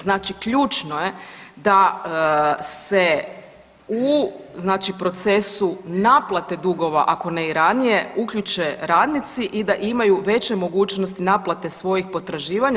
Znači ključno je da se u znači procesu naplate dugova ako ne i ranije uključe radnici i da imaju veće mogućnosti naplate svojih potraživanja.